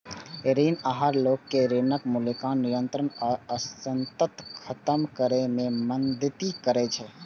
ऋण आहार लोग कें ऋणक मूल्यांकन, नियंत्रण आ अंततः खत्म करै मे मदति करै छै